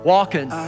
Walking